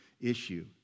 issue